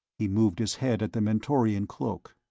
he moved his head at the mentorian cloak.